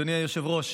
אדוני היושב-ראש,